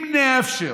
אם נאפשר